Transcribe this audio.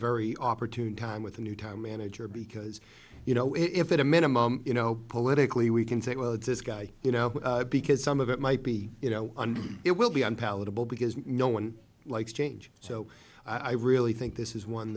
very opportune time with a new time manager because you know if it a minimal you know politically we can say well this guy you know because some of it might be you know it will be unpalatable because no one likes change so i really think this is one